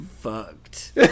fucked